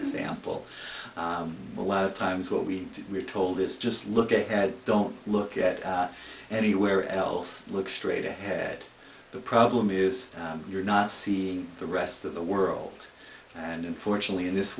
example a lot of times what we we're told is just look at don't look at anywhere else look straight ahead the problem is you're not seeing the rest of the world and unfortunately in this